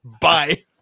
bye